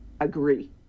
Agree